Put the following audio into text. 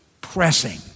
Pressing